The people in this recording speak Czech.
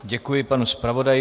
Děkuji panu zpravodaji.